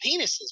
penises